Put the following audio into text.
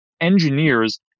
engineers